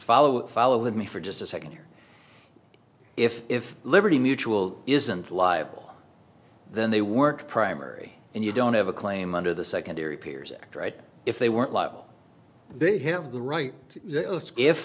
follow it follow with me for just a second here if if liberty mutual isn't liable then they work primary and you don't have a claim under the secondary payers act right if they weren't lot they have the right